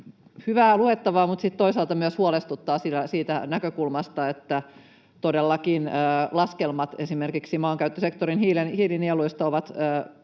hyvää luettavaa, mutta sitten toisaalta myös huolestuttaa siitä näkökulmasta, että todellakin laskelmat esimerkiksi maankäyttösektorin hiilinieluista ovat menneet,